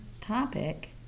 topic